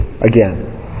again